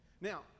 Now